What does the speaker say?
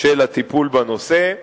של הטיפול בנושא.